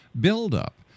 buildup